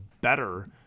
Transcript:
better